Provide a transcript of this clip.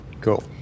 cool